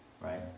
right